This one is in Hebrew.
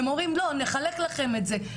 הם אומרים לא אנחנו נחלק לכם את זה,